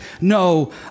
no